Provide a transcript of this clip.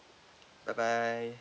bye bye